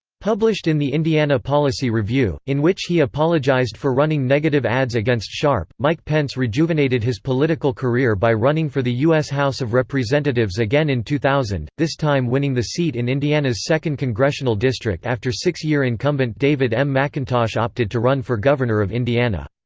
published in the indiana policy review, in which he apologized for running negative ads against sharp mike pence rejuvenated his political career by running for the u s. house of representatives again in two thousand, this time winning the seat in indiana's second congressional district after six-year incumbent david m. mcintosh opted to run for governor of indiana.